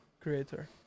creator